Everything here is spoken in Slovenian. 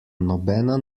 nobena